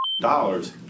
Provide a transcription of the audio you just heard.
dollars